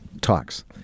talks